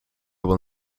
will